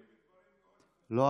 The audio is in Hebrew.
לא,